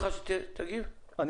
ירון, הבטחתי לך שתגיב, תקבל.